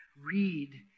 read